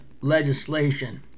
legislation